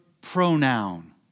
pronoun